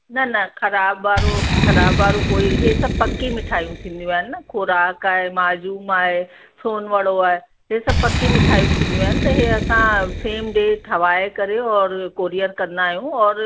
न न ख़राबु वारो ख़राबु वारो कोई इहे सभु पकी मिठायूं थींदियूं आहिनि न ख़ोराक आहे माजूम आहे सोनवड़ो आहे इहे सभु पकी मिठायूं थींदियूं आहिनि त इहे असां सेम डे ठवाए करे और कुरियर कंदा आहियूं और